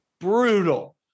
brutal